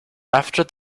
after